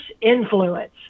influence